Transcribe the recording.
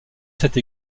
cette